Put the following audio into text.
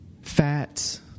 fats